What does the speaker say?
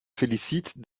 félicite